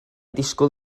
disgwyl